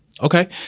Okay